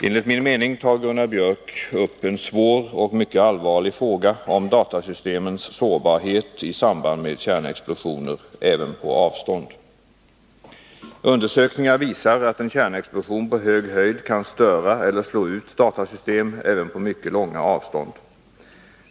Enligt min mening tar Gunnar Biörck upp en svår och mycket allvarlig fråga om datasystems sårbarhet i samband med kärnexplosioner även på avstånd. Undersökningar visar att en kärnexplosion på hög höjd kan störa eller slå ut datasystem även på mycket långa avstånd.